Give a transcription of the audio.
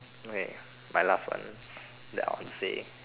okay my last one that I want to say